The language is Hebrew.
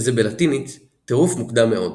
שזה בלטינית, "טירוף מוקדם מאוד".